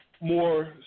more